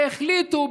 החליטו,